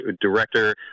director